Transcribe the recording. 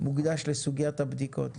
מוקדש לסוגיית הבדיקות.